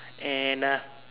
and uh